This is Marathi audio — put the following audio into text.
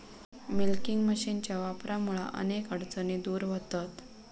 मिल्किंग मशीनच्या वापरामुळा अनेक अडचणी दूर व्हतहत